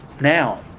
now